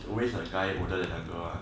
always the guy older than the girl [one]